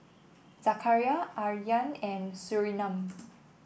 Zakaria Aryan and Surinam